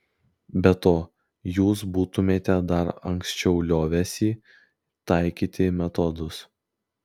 be to jūs būtumėte dar anksčiau liovęsi taikyti metodus